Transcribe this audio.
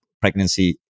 pregnancy